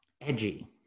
Edgy